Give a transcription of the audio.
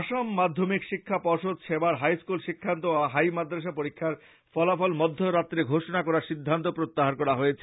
আসাম মাধ্যমিক শিক্ষা পর্ষদ সেবার হাইস্কুল শিক্ষান্ত ও হাই মাদ্রাসা পরীক্ষার ফলাফল মধ্যরাত্রে ঘোষণা করার সিদ্ধান্ত প্রত্যাহার করা হয়েছে